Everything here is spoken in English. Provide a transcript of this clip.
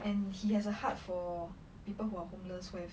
and he has a heart for people who are homeless who have